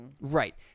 right